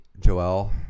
Joel –